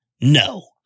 no